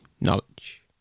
knowledge